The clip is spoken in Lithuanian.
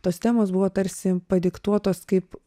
tos temos buvo tarsi padiktuotos kaip